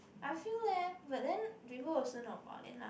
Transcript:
I feel leh but then people also know about it lah